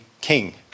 king